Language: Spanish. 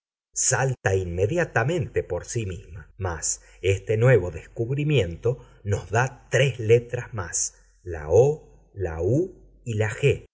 salta inmediatamente por sí misma mas este nuevo descubrimiento nos da tres letras más la o la u y la g